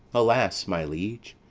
alas, my liege,